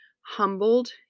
humbled